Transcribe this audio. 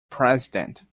president